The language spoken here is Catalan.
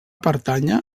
pertànyer